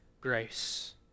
grace